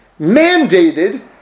mandated